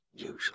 Usually